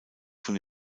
von